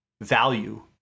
value